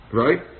right